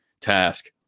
task